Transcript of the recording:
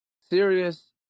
serious